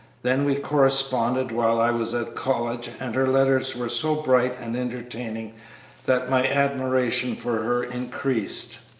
then we corresponded while i was at college, and her letters were so bright and entertaining that my admiration for her increased.